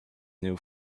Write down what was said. new